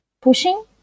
pushing